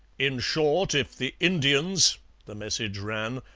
in short if the indians the message ran,